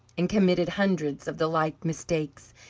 and committed hundreds of the like mistakes,